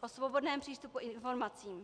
o svobodném přístupu k informacím.